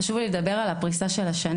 חשוב לי לדבר על הפריסה של השנים.